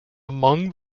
among